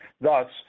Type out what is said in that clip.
thus